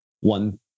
one